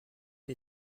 les